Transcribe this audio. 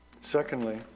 Secondly